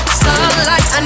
sunlight